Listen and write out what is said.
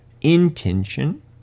intention